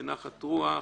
בנחת רוח.